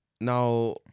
now